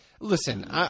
Listen